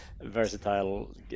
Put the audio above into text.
versatile